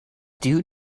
due